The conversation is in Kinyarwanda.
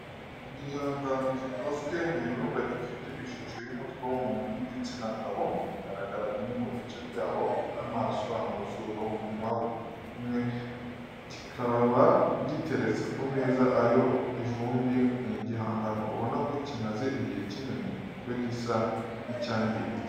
gihangano gikoze mw'ibumba gifite ishusho y'umutwe w'umuntu w'igitsina gabo hagaragara bimwe mu bice byawo nk'amaso amazuru, umunwa ugutwi kumwe kikaba giteretse ku meza ariho ivumbi ni igihangano ubona ko kimaze igihe kinini kuko gisa n'icyangiritse